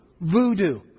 Voodoo